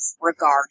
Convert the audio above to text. regard